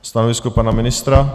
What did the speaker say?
Stanovisko pana ministra?